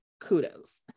kudos